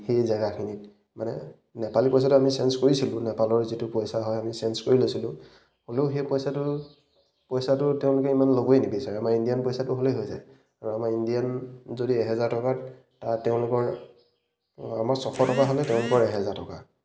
সেই জেগাখিনিত মানে নেপালী পইচাটো আমি চেঞ্জ কৰিছিলোঁ নেপালৰ যিটো পইচা হয় আমি চেঞ্জ কৰি লৈছিলোঁ হ'লেও সেই পইচাটো পইচাটো তেওঁলোকে ইমান ল'বই নিবিচাৰে আমাৰ ইণ্ডিয়ান পইচাটো হ'লেই হৈ যায় আৰু আমাৰ ইণ্ডিয়ান যদি এহেজাৰ টকাত তাত তেওঁলোকৰ আমাৰ ছশ টকা হ'লে তেওঁলোকৰ এহেজাৰ টকা